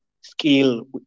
skill